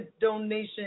donation